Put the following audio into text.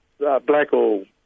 Blackall